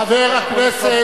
חבר הכנסת.